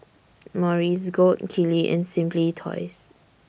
Morries Gold Kili and Simply Toys